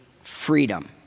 freedom